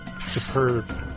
superb